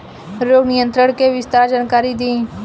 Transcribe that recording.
रोग नियंत्रण के विस्तार जानकारी दी?